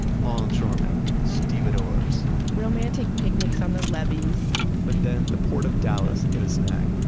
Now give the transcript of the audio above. longshoremen, stevedores romantic picnics on the levees but then, the port of dallas hit a snag,